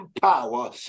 power